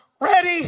ready